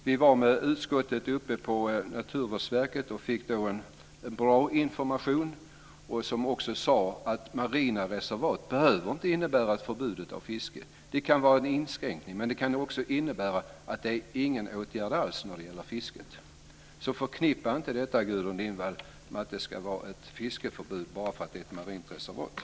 När vi med utskottet var uppe på Naturvårdsverket fick vi en bra information där det också sades att marina reservat inte behöver innebära ett förbud mot fiske. Det kan vara en inskränkning, men de kan också innebära ingen åtgärd alls när det gäller fisket. Förknippa alltså inte marina reservat, Gudrun Lindvall, med att det måste vara ett fiskeförbud.